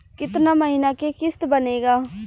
कितना महीना के किस्त बनेगा?